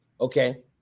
Okay